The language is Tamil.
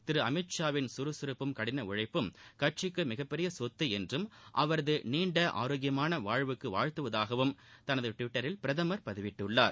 திரு அமித் ஷாவின் கறுகறுப்பும் கடின உழைப்பும் கட்சிக்கு மிகப்பெரிய சொத்து என்றும் அவரது நீண்ட ஆரோக்கியமான வாழ்வுக்கு வாழ்த்துவதாகவும் தனது டிவிட்டரில் பிரதமர் பதிவிட்டுள்ளார்